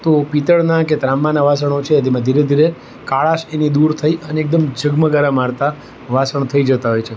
તો પીત્તળનાં કે ત્રાંબાનાં વાસણો છે તેમાં ધીરે ધીરે કાળાશ એની દૂર થઈને એકદમ ઝગમગારા મારતાં વાસણ થઈ જતાં હોય છે